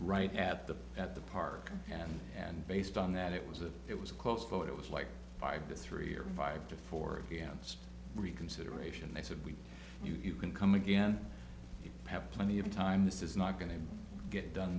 right at the at the park and and based on that it was a it was close to what it was like five to three or five to four against reconsideration they said we you can come again you have plenty of time this is not going to get done